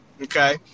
okay